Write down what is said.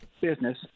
business